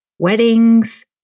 Weddings